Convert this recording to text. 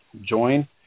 Join